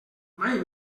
mai